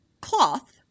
cloth